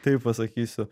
taip pasakysiu